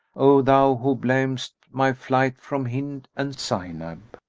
oh thou, who blam'st my flight from hind and zaynab,